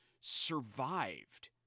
survived